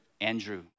Andrew